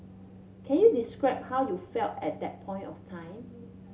can you describe how you felt at that point of time